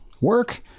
work